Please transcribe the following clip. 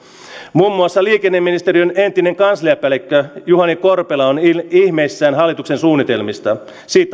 muun muassa liikenneministeriön entinen kansliapäällikkö juhani korpela on ihmeissään hallituksen suunnitelmista